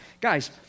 Guys